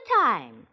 time